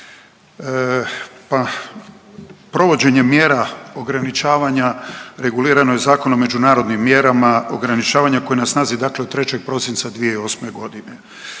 Pa provođenjem mjera ograničavanja regulirano je Zakonom o međunarodnim mjerama ograničavanja koje je na snazi dakle od 3. prosinca 2008. godine.